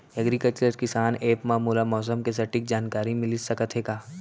Agriculture किसान app मा मोला मौसम के सटीक जानकारी मिलिस सकत हे का?